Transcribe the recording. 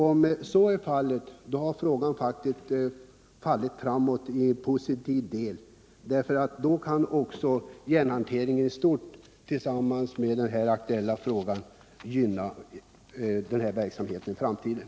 Om så är fallet, har frågan faktiskt fallit framåt i en positiv del, därför att då kan också järnhanteringen i stort tillsammans med den här aktuella frågan gynna denna verksamhet i framtiden.